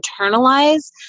internalize